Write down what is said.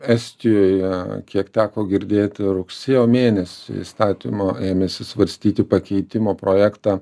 estijoj kiek teko girdėti rugsėjo mėnesį įstatymą ėmėsi svarstyti pakeitimo projektą